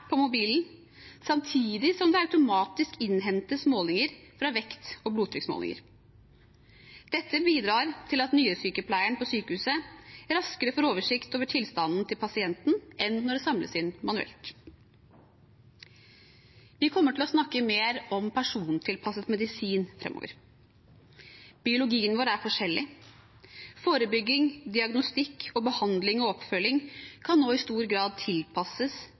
på mobilen samtidig som det automatisk innhentes data fra vekt- og blodtrykksmålinger. Dette bidrar til at nyresykepleieren på sykehuset raskere får oversikt over tilstanden til pasienten enn når det samles inn manuelt. Vi kommer til å snakke mer om persontilpasset medisin fremover. Biologien vår er forskjellig. Forebygging, diagnostikk, behandling og oppfølging kan nå i stor grad tilpasses